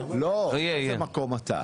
איזה מקום אתה?